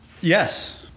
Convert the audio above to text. Yes